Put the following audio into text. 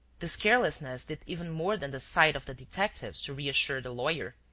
this carelessness did even more than the sight of the detectives to reassure the lawyer.